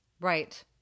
right